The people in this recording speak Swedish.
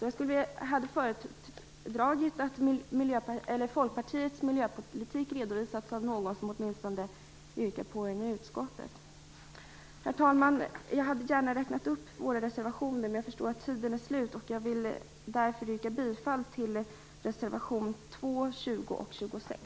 Jag hade föredragit att Folkpartiets miljöpolitik hade redovisats av någon som åtminstone yrkat på den i utskottet. Herr talman! Jag hade gärna räknat upp våra reservationer, men jag förstår att min taletid är slut. Jag vill yrka bifall till reservationerna 2, 20 och 26